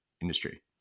industry